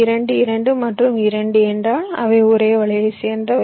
2 2 மற்றும் 2 என்றால் அவை ஒரே வலையைச் சேர்ந்தவை